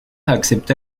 accepta